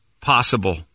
possible